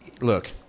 look